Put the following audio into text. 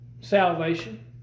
salvation